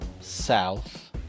south